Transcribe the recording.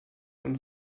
und